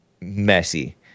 messy